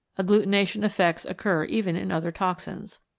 agglutination effects occur even in other toxins.